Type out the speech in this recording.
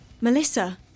Melissa